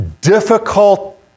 difficult